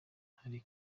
hari